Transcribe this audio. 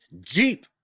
Jeep